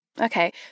Okay